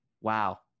wow